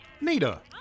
Nita